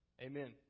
Amen